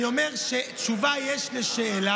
אני אומר שתשובה יש לשאלה,